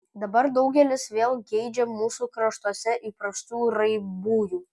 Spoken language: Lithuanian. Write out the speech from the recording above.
dabar daugelis vėl geidžia mūsų kraštuose įprastų raibųjų